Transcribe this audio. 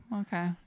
okay